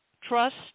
trust